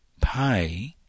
pay